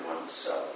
oneself